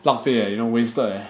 浪费 leh you know wasted leh